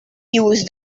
use